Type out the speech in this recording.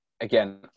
again